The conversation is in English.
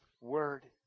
word